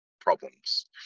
problems